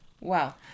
Wow